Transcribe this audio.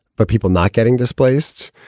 but people not getting displaced?